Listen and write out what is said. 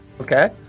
Okay